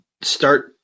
start